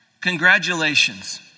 congratulations